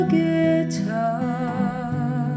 guitar